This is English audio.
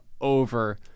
over